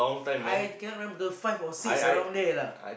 I cannot remember the five or six around there lah